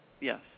Yes